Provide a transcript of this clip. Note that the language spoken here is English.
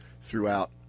throughout